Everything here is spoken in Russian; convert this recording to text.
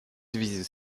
связи